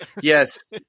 Yes